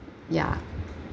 ya